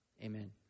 amen